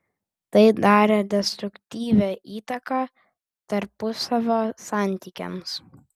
tai darė destruktyvią įtaką tarpusavio santykiams